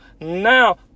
now